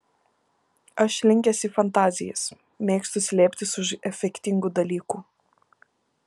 aš linkęs į fantazijas mėgstu slėptis už efektingų dalykų